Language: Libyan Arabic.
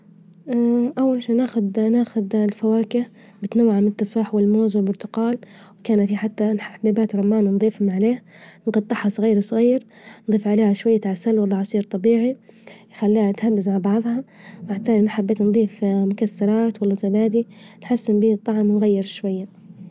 أول شي ناخد ناخد فواكه متنوعة من التفاح والموز والبرتجال وكان في حتى حبات رمان نظيفهم عليه نجطعها صغير صغير، نظيف عليها شوية عسل، ولا عصير طبيعي يخليها تهنس مع بعظها حبيت نظيف مكسرات ولا زبادي لحسن بيه الطعم ونغير شوية.